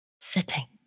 sitting